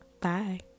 bye